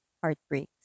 heartbreaks